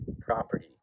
property